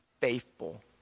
faithful